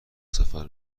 سفر